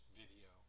video